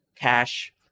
cash